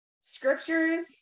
scriptures